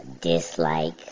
dislike